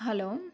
hello